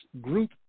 group